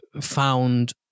found